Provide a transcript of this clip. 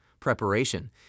Preparation